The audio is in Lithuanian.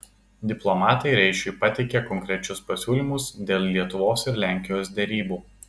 diplomatai reišiui pateikė konkrečius pasiūlymus dėl lietuvos ir lenkijos derybų